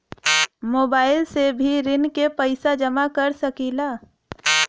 Mobile से भी ऋण के पैसा जमा कर सकी ला?